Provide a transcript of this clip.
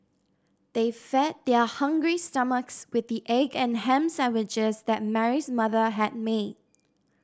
they fed their hungry stomachs with the egg and ham sandwiches that Mary's mother had made